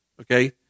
Okay